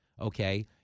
okay